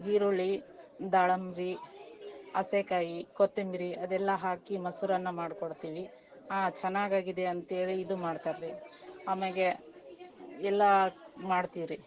ಈರುಳ್ಳಿ ದಾಳಿಂಬೆ ಹಸೆಕಾಯಿ ಕೊತ್ತಂಬರಿ ಅದೆಲ್ಲ ಹಾಕಿ ಮೊಸರನ್ನ ಮಾಡ್ಕೊಡ್ತೀವಿ ಚೆನ್ನಾಗಾಗಿದೆ ಅಂತೇಳಿ ಇದು ಮಾಡ್ತಾರಿ ಆಮೇಲೆ ಎಲ್ಲ ಮಾಡ್ತಿವ್ರಿ